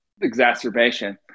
exacerbation